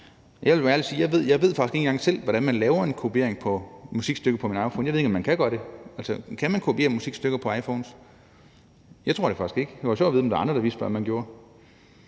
Jeg vil ærlig talt sige, at jeg ikke engang selv ved, hvordan jeg laver en kopiering af et stykke musik på min iPhone. Jeg ved ikke, om man kan gøre det. Kan man kopiere musikstykker på iPhones? Jeg tror det faktisk ikke. Det kunne være sjovt at vide, om der var andre, der vidste, hvordan man gjorde.